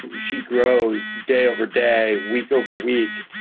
she grows day over day, week over week,